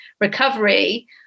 recovery